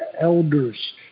elders